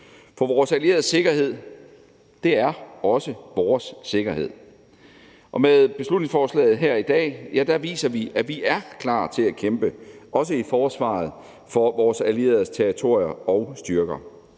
For vores allieredes sikkerhed er også vores sikkerhed. Og med beslutningsforslaget viser vi her i dag, at vi er klar til at kæmpe, også i forsvaret, for vores allieredes territorier og styrker,